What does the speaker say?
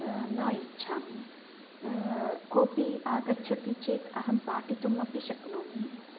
न इच्छामि कोपि आगच्छति चेत् अहं पाठितुम् अपि शक्नोमि